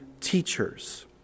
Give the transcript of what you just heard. teachers